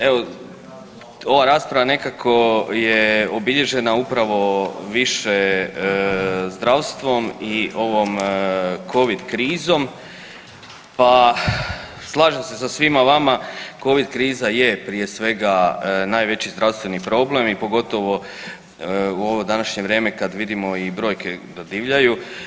Evo ova rasprava nekako je obilježena upravo više zdravstvom i ovom covid krizom pa slažem se sa svima vama, covid kriza je prije svega najveći zdravstveni problem i pogotovo u ovo današnje vrijeme kad vidimo i brojke da divljaju.